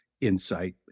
insight